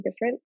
different